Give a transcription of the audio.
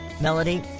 Melody